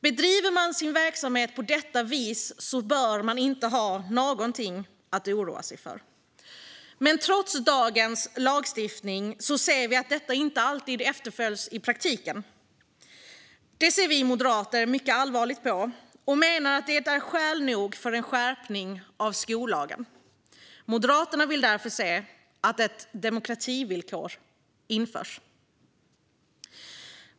Bedriver man sin verksamhet på detta vis bör man inte ha något att oroa sig för. Men trots dagens lagstiftning ser vi att detta inte alltid efterföljs i praktiken. Det ser vi moderater mycket allvarligt på. Vi menar att det är skäl nog för en skärpning av skollagen. Moderaterna vill därför se att ett demokrativillkor införs.